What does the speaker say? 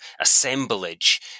assemblage